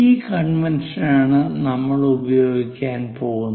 ഈ കൺവെൻഷനാണ് നമ്മൾ ഉപയോഗിക്കാൻ പോകുന്നത്